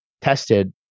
tested